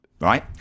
right